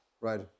Right